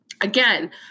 again